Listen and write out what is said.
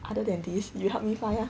other than this you help me find ah